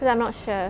because I'm not sure